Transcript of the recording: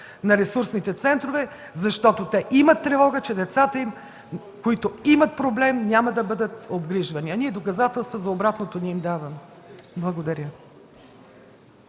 на ресурсните центрове, защото имат тревога, че децата им, които имат проблем, няма да бъдат обгрижвани. Ние доказателства за обратното не им даваме. Благодаря.